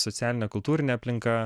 socialinė kultūrinė aplinka